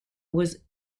was